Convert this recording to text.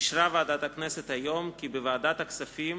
אישרה ועדת הכנסת היום כי בוועדת הכספים